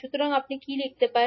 সুতরাং আপনি কি লিখতে পারেন